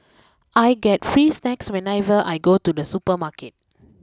I get free snacks whenever I go to the supermarket